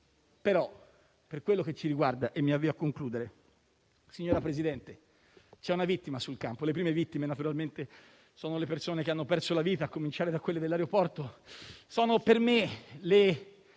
Per quello che ci riguarda, signora Presidente, c'è una vittima sul campo. Le prime vittime, naturalmente, sono le persone che hanno perso la vita, a cominciare da quelle dell'aeroporto;